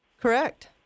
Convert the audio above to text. correct